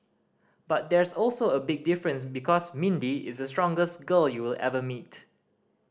but there's also a big difference because Mindy is the strongest girl you will ever meet